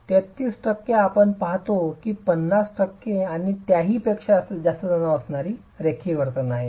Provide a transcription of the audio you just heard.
33 टक्के आपण पाहतो की 50 टक्के आणि त्याहीपेक्षा जास्त तणाव असणारी रेखीय वर्तन आहे